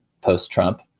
post-Trump